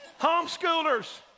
Homeschoolers